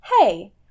Hey